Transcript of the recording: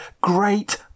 great